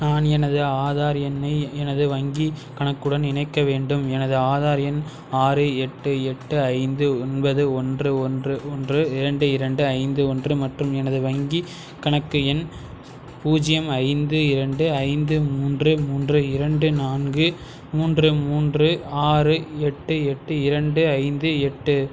நான் எனது ஆதார் எண்ணை எனது வங்கிக் கணக்குடன் இணைக்க வேண்டும் எனது ஆதார் எண் ஆறு எட்டு எட்டு ஐந்து ஒன்பது ஒன்று ஒன்று ஒன்று இரண்டு இரண்டு ஐந்து ஒன்று மற்றும் எனது வங்கிக் கணக்கு எண் பூஜ்ஜியம் ஐந்து இரண்டு ஐந்து மூன்று மூன்று இரண்டு நான்கு மூன்று மூன்று ஆறு எட்டு எட்டு இரண்டு ஐந்து எட்டு